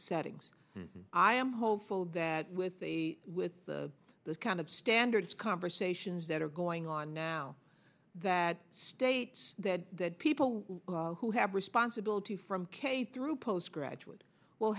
settings i am hopeful that with the with the the kind of standards conversations that are going on now that states that people who have responsibility from k through postgraduate will